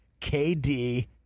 KD